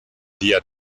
día